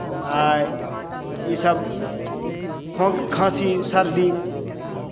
आ इसभ खों खाँसी सर्दी